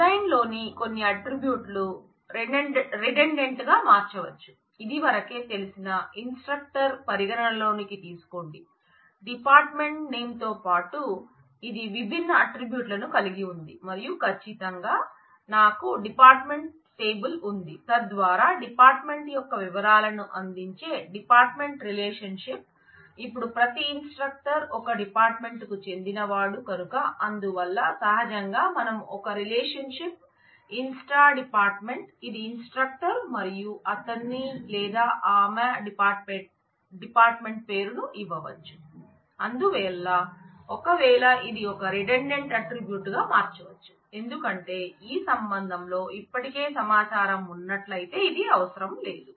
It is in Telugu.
డిజైన్ లోని కొన్నిఆట్రిబ్యూట్లు రిడండెంట్ గా మారవచ్చు ఎందుకంటే ఈ సంబంధంలో ఇప్పటికే సమాచారం ఉన్నట్లయితే ఇది అవసరం లేదు